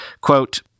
Quote